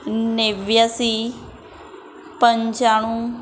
નેવ્યાશી પંચાણું